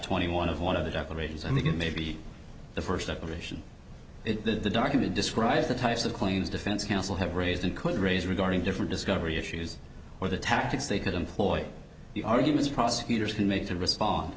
twenty one of one of the declarations and we get maybe the first separation it that the document describes the types of claims defense counsel have raised and could raise regarding different discovery issues or the tactics they could employ the arguments prosecutors can make to respond